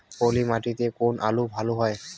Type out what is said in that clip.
পলি মাটিতে কোন আলু ভালো হবে?